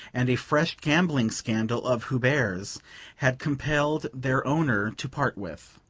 and a fresh gambling scandal of hubert's, had compelled their owner to part with.